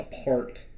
apart